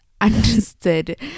understood